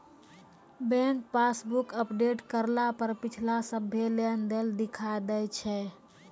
bank passbook update करला पर पिछला सभ्भे लेनदेन दिखा दैय छै